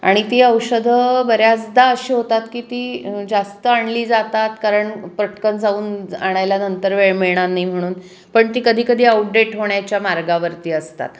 आणि ती औषधं बऱ्याचदा अशी होतात की ती जास्त आणली जातात कारण पटकन जाऊन आणायला नंतर वेळ मिळणार नाही म्हणून पण ती कधी कधी आउटडेट होण्याच्या मार्गावरती असतात